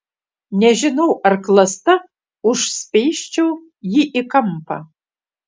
nežinau ar klasta užspeisčiau jį į kampą